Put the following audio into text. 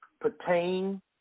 pertain